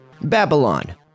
Babylon